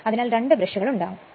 അതിനാൽ 2 ബ്രഷുകൾ ഉണ്ടാകും